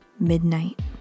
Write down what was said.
midnight